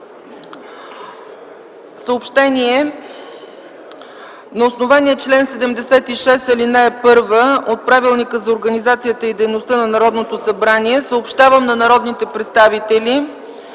Съобщение: На основание чл. 76 ал. 1 от Правилника за организацията и дейността на Народното събрание съобщавам на народните представители,